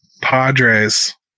Padres